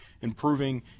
improving